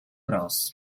bros